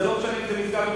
ולא משנה אם זה מסגד או,